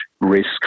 risk